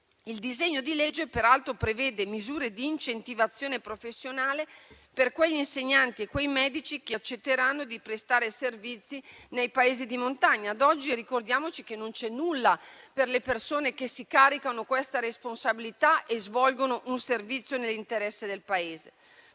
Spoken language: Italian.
Il disegno di legge, peraltro, prevede misure di incentivazione professionale per quegli insegnanti e quei medici che accetteranno di prestare servizio nei paesi di montagna; ricordiamo che attualmente non c'è nulla per le persone che si caricano questa responsabilità e svolgono un servizio nell'interesse del Paese.